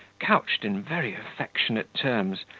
couched in very affectionate terms,